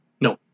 No